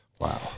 Wow